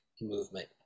movement